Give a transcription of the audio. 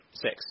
Six